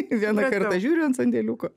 vieną kartą žiūriu ant sandėliuko